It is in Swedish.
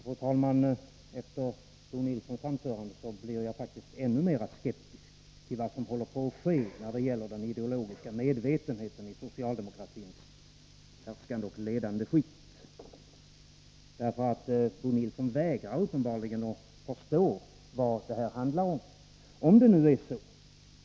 Fru talman! Efter Bo Nilssons anförande blir jag faktiskt ännu mera skeptisk till vad som håller på att ske när det gäller den ideologiska medvetenheten i socialdemokratins ledande och härskande skikt. Bo Nilsson vägrar uppenbarligen att förstå vad det här handlar om.